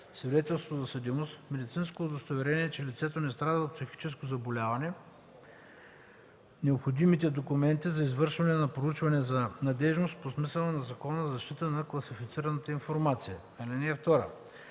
свидетелство за съдимост, медицинско удостоверение, че лицето не страда от психическо заболяване, необходимите документи за извършване на проучване за надеждност по смисъла на Закона за защита на класифицираната информация. (2) Председателят